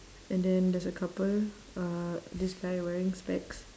and then there's a couple uh this guy wearing specs